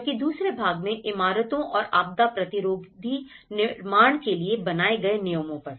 जबकि दूसरे भाग में इमारतों और आपदा प्रतिरोधी निर्माण के लिए बनाए गए नियमों पर